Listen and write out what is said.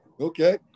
Okay